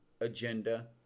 agenda